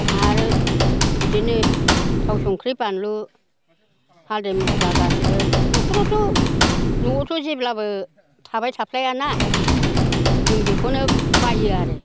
आरो बिदिनो थाव संख्रि बानलु हालदै मस्ला गासिबो नखरावथ' न'आवथ' जेब्लाबो थाबाय थाखाय ना जों बेखौनो बायो आरो